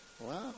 Wow